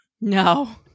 No